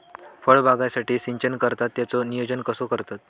फळबागेसाठी सिंचन करतत त्याचो नियोजन कसो करतत?